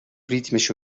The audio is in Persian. ریتمش